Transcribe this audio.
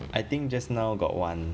I think just now got one